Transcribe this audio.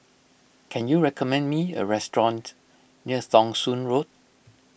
can you recommend me a restaurant near Thong Soon Road